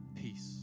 Peace